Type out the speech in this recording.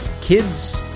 kids